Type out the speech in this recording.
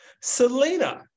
Selena